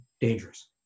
dangerous